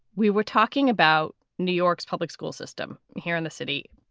we were talking about new york's public school system here in the city.